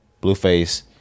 Blueface